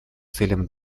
целям